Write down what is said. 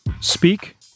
Speak